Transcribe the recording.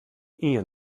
ian